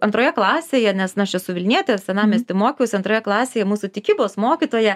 antroje klasėje nes na aš esu vilnietė senamiesty mokiausi antroje klasėje mūsų tikybos mokytoja